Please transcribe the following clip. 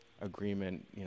agreement